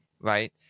right